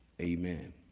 Amen